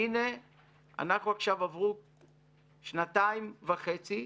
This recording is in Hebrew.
והינה עברו שנתיים וחצי,